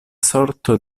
sorto